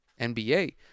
NBA